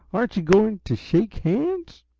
aren't you going to shake hands?